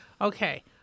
Okay